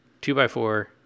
Two-by-four